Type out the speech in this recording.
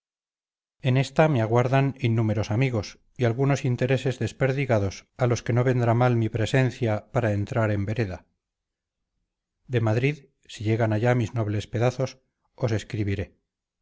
en esta me aguardan innúmeros amigos y algunos intereses desperdigados a los que no vendrá mal mi presencia para entrar en vereda de madrid si llegan allá mis nobles pedazos os escribiré